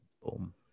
Boom